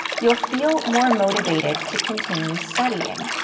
you'll feel more motivated to continue studying.